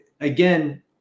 again